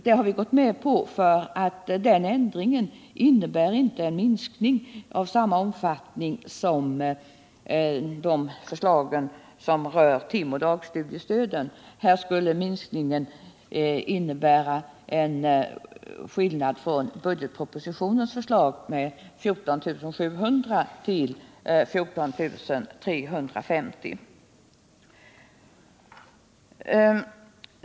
Det har vi gått med på därför att ändringen innebär inte en minskning av samma omfattning som de förslag som rör timoch dagstudiestöden. Här skulle minskningen innebära en skillnad mot budgetpropositionens förslag från 14 700 till 14 350.